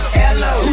hello